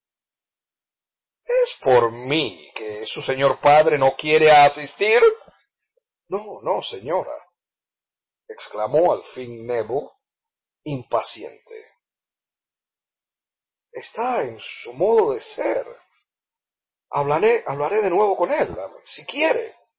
por mí que su señor padre no quiere asistir no no señora exclamó al fin nébel impaciente está en su modo de ser hablaré de nuevo con él si quiere